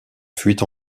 fuite